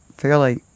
fairly